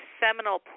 seminal